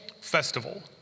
festival